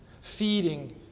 feeding